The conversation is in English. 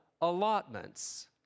allotments